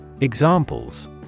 Examples